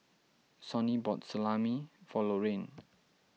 Sonny bought Salami for Lorraine